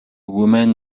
woman